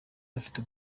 ifite